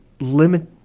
limit